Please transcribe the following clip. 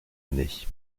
année